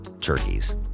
turkeys